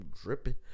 dripping